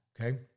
Okay